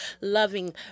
loving